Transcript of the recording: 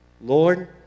Lord